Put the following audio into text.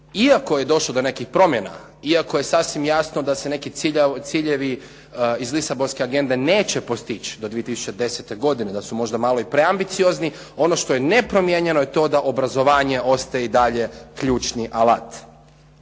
Iako je došlo do nekih promjena, iako je sasvim jasno da se neki ciljevi iz Lisabonske agende neće postići do 2010. godine, da su možda malo i preambiciozni. Ono što je nepromijenjeno je to da obrazovanje ostaje i dalje ključni alat.